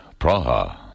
Praha